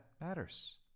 matters